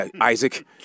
Isaac